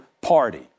party